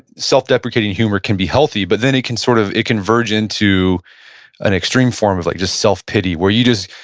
self deprecating humor can be healthy but then it can sort of it can verge into an extreme form of like self pity where you just,